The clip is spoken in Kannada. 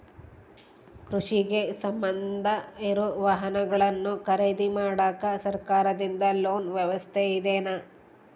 ಕೃಷಿಗೆ ಸಂಬಂಧ ಇರೊ ವಾಹನಗಳನ್ನು ಖರೇದಿ ಮಾಡಾಕ ಸರಕಾರದಿಂದ ಲೋನ್ ವ್ಯವಸ್ಥೆ ಇದೆನಾ?